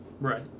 Right